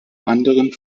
anderen